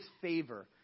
favor